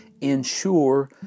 ensure